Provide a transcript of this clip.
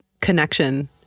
connection